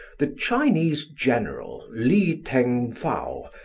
the chinese general li-theng-fao,